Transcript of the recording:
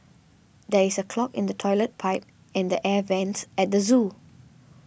there is a clog in the Toilet Pipe and the Air Vents at the zoo